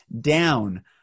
down